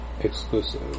exclusive